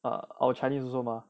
our chinese also mah